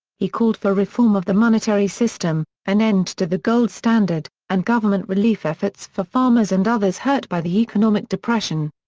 he called for reform of the monetary system, an end to the gold standard, and government relief efforts for farmers and others hurt by the economic depression.